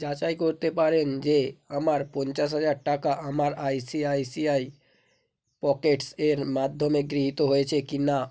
যাচাই করতে পারেন যে আমার পঞ্চাশ হাজার টাকা আমার আইসিআইসিআই পকেটস এর মাধ্যমে গৃহীত হয়েছে কিনা